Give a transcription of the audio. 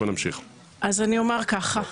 אז אני אומר ככה,